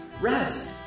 rest